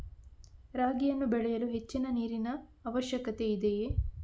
ರಾಗಿಯನ್ನು ಬೆಳೆಯಲು ಹೆಚ್ಚಿನ ನೀರಿನ ಅವಶ್ಯಕತೆ ಇದೆಯೇ?